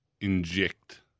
inject